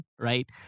Right